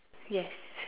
yes